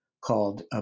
called